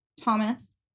Thomas